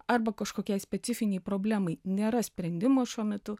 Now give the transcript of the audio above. arba kažkokiai specifinei problemai nėra sprendimo šiuo metu